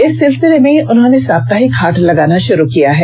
इस सिलसिले में उन्होंने साप्ताहिक हाट लगाना शुरू किया है